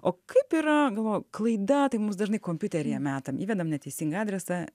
o kaip yra galvoju klaida tai mums dažnai kompiuteryje meta įvedam neteisingą adresą